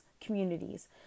communities